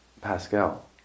Pascal